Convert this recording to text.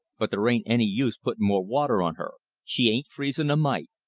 but there ain't any use putting more water on her. she ain't freezing a mite.